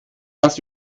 das